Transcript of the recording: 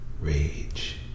rage